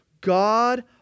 God